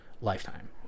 lifetime